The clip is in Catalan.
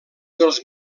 dels